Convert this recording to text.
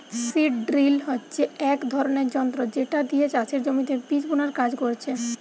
seed drill হচ্ছে এক ধরণের যন্ত্র যেটা দিয়ে চাষের জমিতে বীজ বুনার কাজ করছে